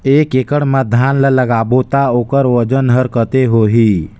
एक एकड़ मा धान ला लगाबो ता ओकर वजन हर कते होही?